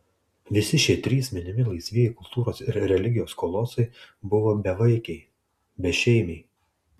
visi šie trys minimi laisvieji kultūros ir religijos kolosai buvo bevaikiai bešeimiai